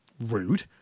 rude